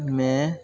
मे